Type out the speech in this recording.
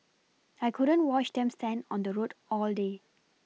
I couldn't watch them stand on the road all day